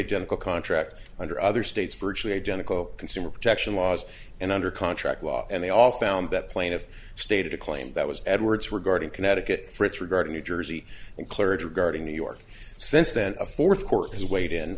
identical contract under other states virtually identical consumer protection laws and under contract law and they all found that plaintiff stated a claim that was edwards regarding connecticut for its regard in new jersey and clergy regarding new york since then a fourth court has weighed in